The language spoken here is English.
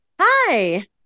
Hi